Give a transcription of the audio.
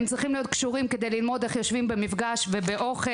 הם צריכים להיות קשורים כדי ללמוד איך יושבים במפגש ובאוכל.